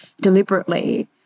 deliberately